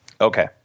Okay